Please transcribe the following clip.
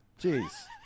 jeez